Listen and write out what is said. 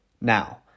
Now